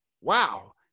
wow